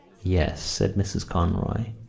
yes, said mrs. conroy.